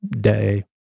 day